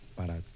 para